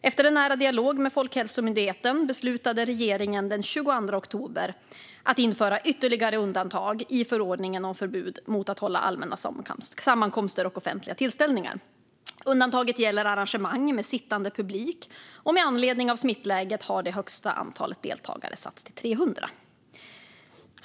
Efter en nära dialog med Folkhälsomyndigheten beslutade regeringen den 22 oktober att införa ytterligare undantag i förordningen om förbud mot att hålla allmänna sammankomster och offentliga tillställningar. Undantaget gäller arrangemang med sittande publik, och med anledning av smittläget har det högsta antalet deltagare satts till 300.